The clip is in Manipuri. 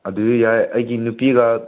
ꯑꯗꯨ ꯌꯥꯏ ꯑꯩꯒꯤ ꯅꯨꯄꯤꯒ